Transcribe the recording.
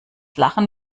lachen